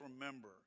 remember